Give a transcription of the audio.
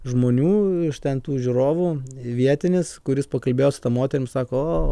žmonių iš ten tų žiūrovų vietinis kuris pakalbėjo su ta moterim sako o